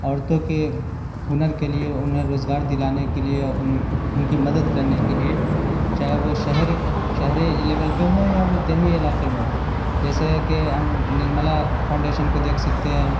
عورتوں کے ہنر کے لیے انہیں روزگار دلانے کے لیے ان ان کی مدد کرنے کے لیے چاہے وہ شہر شہری لیبل پہ ہو یا وہ دیہی علاقے میں ہو جیسے کہ ہم نرملا فاؤنڈیشن کو دیکھ سکتے ہیں